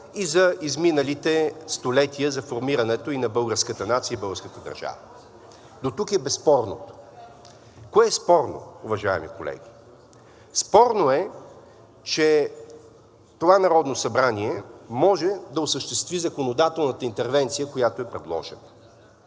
и за изминалите столетия за формирането и на българската нация, и на българската държава. Дотук е безспорното. Кое е спорно, уважаеми колеги? Спорно е, че това Народно събрание може да осъществи законодателната интервенция, която е предложена.